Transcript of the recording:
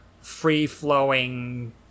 free-flowing